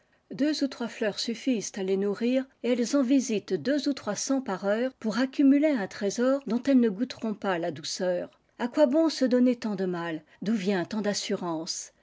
deux ou trois fleurs suffisent à les nourrir elles en visitent deux ou trois cents h t'es pour accumuler un trésor dont elles ne goûteront pas la douceur a quoi bon se donner tant de mal d'où vient tant d'assurance